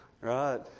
Right